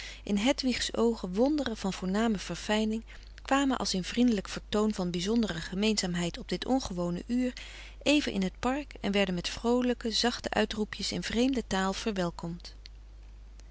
in hedwigs oogen wonderen van voorname verfijning kwamen als in vriendelijk vertoon frederik van eeden van de koele meren des doods van bizondere gemeenzaamheid op dit ongewone uur even in het park en werden met vroolijke zachte uitroepjes in vreemde taal verwelkomd